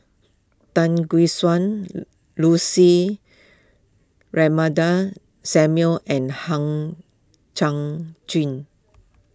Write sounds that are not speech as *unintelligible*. Tan Gek Suan Lucy *unintelligible* Samuel and Hang Chang Chieh